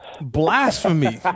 Blasphemy